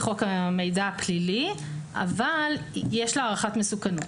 חוק המידע הפלילי אבל יש לה הערכת מסוכנות.